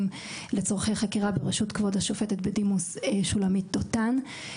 לצרכי חקירה בראשות כבוד השופטת בדימוס שולמית דותן.